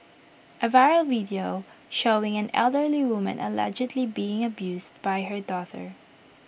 A viral video showing an elderly woman allegedly being abused by her daughter